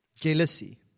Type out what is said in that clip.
Jealousy